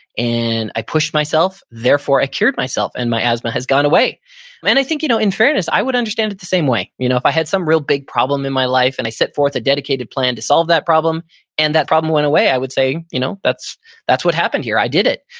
and i pushed myself, therefore i cured myself, and my asthma has gone away but and i think you know in all fairness, i would understand it the same way. you know if i had some real big problem in my life, and i set forth a dedicated plan to solve that problem and that problem went away, i would say you know that's that's what happened here. i did it.